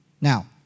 Now